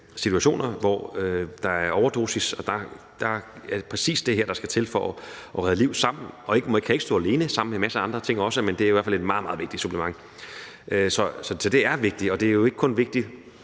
situationer, hvor der er overdosis, og der er det præcis det her, der skal til for at redde liv sammen. Det kan ikke stå alene, men sammen med en masse andre ting også. Men det er i hvert fald et meget, meget vigtigt supplement. Så det er vigtigt. Vi ved, at når det